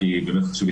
על